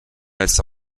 elsa